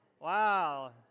Wow